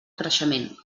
creixement